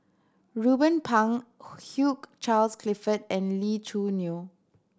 Ruben Pang Hugh Charles Clifford and Lee Choo Neo